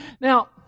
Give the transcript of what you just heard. Now